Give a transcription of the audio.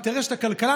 אינטרס של הכלכלה.